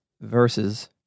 verses